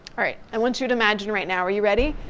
all right. i want you to imagine right now, are you ready?